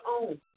own